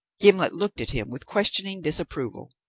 gimblet looked at him with questioning disapproval.